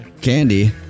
Candy